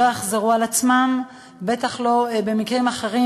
לא יחזרו, בטח לא מקרים אחרים,